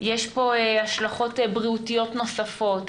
יש פה השלכות בריאותיות נוספות,